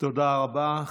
תודה רבה.